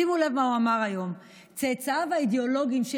שימו לב מה הוא אמר היום: "צאצאיו האידיאולוגיים של